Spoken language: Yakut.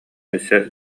өссө